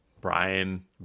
Brian